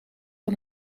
van